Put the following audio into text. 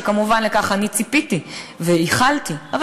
וכמובן אני ציפיתי וייחלתי לכך,